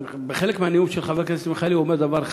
בחלק מהנאום של חבר הכנסת מיכאלי הוא אומר דבר אחד: